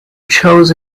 chose